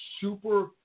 super